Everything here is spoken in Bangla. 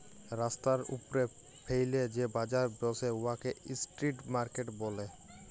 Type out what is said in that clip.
রাস্তার উপ্রে ফ্যাইলে যে বাজার ব্যসে উয়াকে ইস্ট্রিট মার্কেট ব্যলে